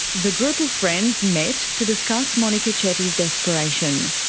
the group of friends met to discuss monika chetty's desperation.